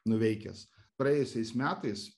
nuveikęs praėjusiais metais